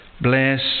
Bless